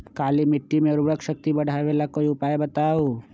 काली मिट्टी में उर्वरक शक्ति बढ़ावे ला कोई उपाय बताउ?